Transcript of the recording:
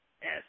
Yes